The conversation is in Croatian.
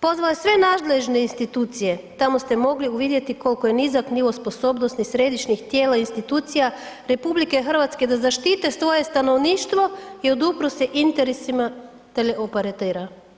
pozvao je sve nadležne institucije, tamo ste mogli uvidjeti koliko je nizak nivo sposobnosti središnjih tijela i institucija RH da zaštite svoje stanovništvo i odupru se interesima teleoperatera.